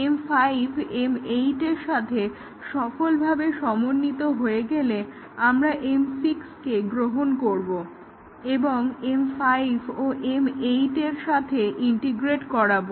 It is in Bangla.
M5 M8 এর সাথে সফলভাবে সমন্বিত হয়ে গেলে আমরা M6 কে গ্রহণ করব এবং M5 ও M8 এর সাথে ইন্টিগ্রেট করাবো